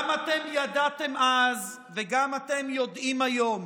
גם אתם ידעתם אז וגם אתם יודעים היום